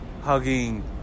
Hugging